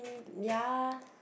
ya